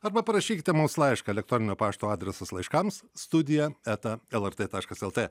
arba parašykite mums laišką elektroninio pašto adresas laiškams studija eta lrt taškas lt